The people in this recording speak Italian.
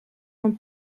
non